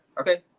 Okay